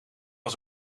was